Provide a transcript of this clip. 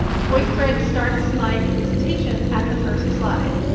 voicethread starts my presentation at the first slide,